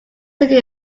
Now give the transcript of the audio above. city